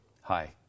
hi